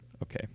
Okay